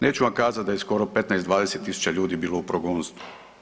Neću vam kazati da je skoro 15-20.000 ljudi bilo u progonstvu.